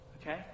Okay